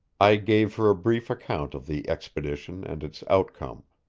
i gave her a brief account of the expedition and its outcome.